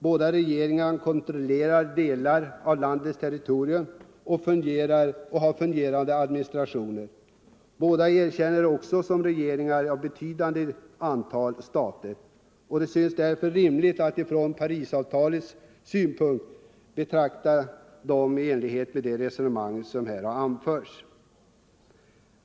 Båda regeringarna kontrollerar delar av landets territorium och har fungerande administrationer i dessa. Båda erkänns också som regeringar av ett betydande antal stater. Det synes därför vara rimligt att från Parisavtalets synpunkt betrakta dem som likställda och likaberättigade.